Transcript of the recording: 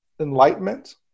enlightenment